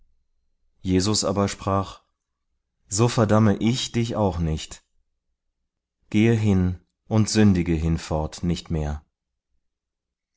jesus aber sprach so verdamme ich dich auch nicht gehe hin und sündige hinfort nicht mehr